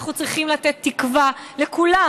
אנחנו צריכים לתת תקווה לכולם,